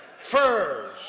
furs